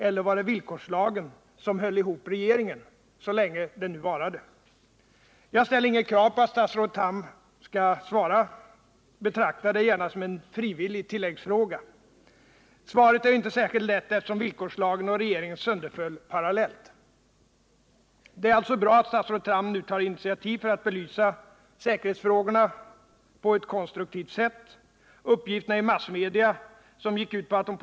Hur mycket kapital har satsats i utbyggnad av aggregaten 11 och 12 sedan regeringsskiftet i september 1976? 2. Hurstort är värdet av de beställningar för aggregaten 11 och 12 som lagts ut av kraftföretagen till bl.a. verkstadsindustrin sedan regeringsskiftet 1976? 3.